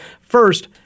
First